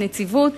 הנציבות,